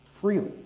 freely